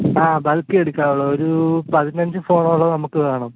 ആ ബൾക്ക് എടുക്കാന് ആവുകയുള്ള് ഒരൂ പതിനഞ്ച് ഫോണോളം നമുക്ക് വേണം